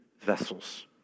vessels